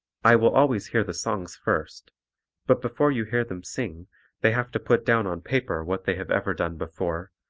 i will always hear the songs first but before you hear them sing they have to put down on paper what they have ever done before,